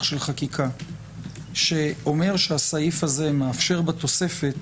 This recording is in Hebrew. של חקיקה שאומר שהסעיף הזה מאפשר בתוספת